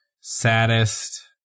saddest